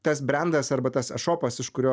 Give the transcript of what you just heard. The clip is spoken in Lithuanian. tas brendas arba tas ešopas iš kurio